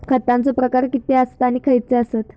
खतांचे प्रकार किती आसत आणि खैचे आसत?